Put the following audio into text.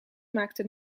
maakte